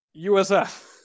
usf